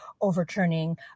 overturning